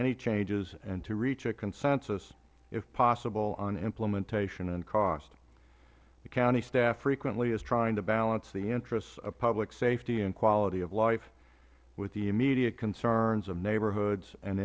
any changes and to reach a consensus if possible on implementation and costs the county staff frequently is trying to balance the interests of public safety and quality of life with the immediate concerns of neighborhoods and